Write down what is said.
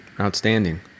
Outstanding